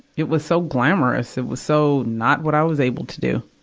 it was so glamorous. it was so not what i was able to do.